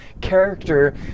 character